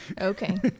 Okay